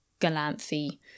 Galanthi